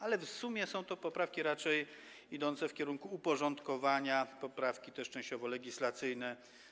Ale w sumie są to poprawki raczej idące w kierunku uporządkowania, poprawki też częściowo legislacyjne.